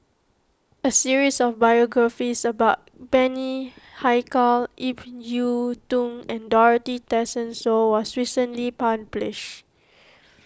a series of biographies about Bani Haykal Ip Yiu Tung and Dorothy Tessensohn was recently published